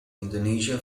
indonesia